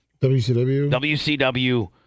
WCW